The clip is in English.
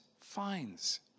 finds